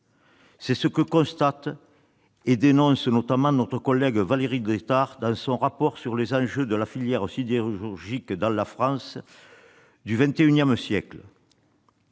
C'est ce que constate et dénonce notamment notre collègue Valérie Létard dans son rapport d'information sur les enjeux de la filière sidérurgique dans la France du XXI siècle.